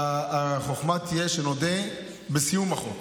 החוכמה תהיה שנודה בסיום החוק.